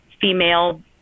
female